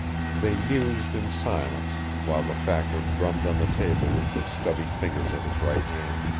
they mused in silence, while the factor drummed on the table with the stubby fingers of his right hand.